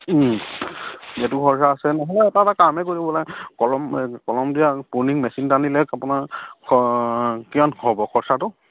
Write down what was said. এইটো খৰচা আছে নহ'লে এটা এটা কামেই কলম কলম দিয়া মেচিন এটা আনিলে আপোনাৰ কিমান হ'ব খৰচাটো